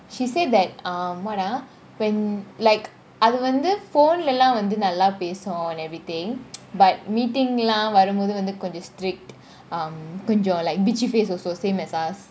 she said that um what ah when like அது வந்து :athu vanthu phone ளலாம் வந்து நல்ல பேசும் :lalam vanthu nalla peasum and everything but meeting லாம் வரும் போது கொஞ்சம் :lam varum bothu konjam strict um கொஞ்சம் :konjam like bitchy face also same as us